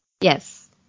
yes